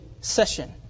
session